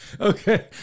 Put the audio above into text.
Okay